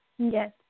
Yes